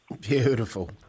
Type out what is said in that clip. Beautiful